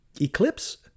eclipse